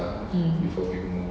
mm